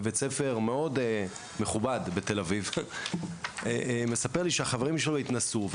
בבית ספר מאוד מכובד בתל אביב מספר לי שהחברים שלו התנסו,